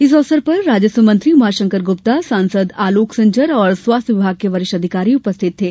इस अवसर पर राजस्व मंत्री उमाशंकर गुप्ता सांसद आलोक संजर और स्वास्थ विभाग के वरिष्ठ अधिकारी उपस्थित थे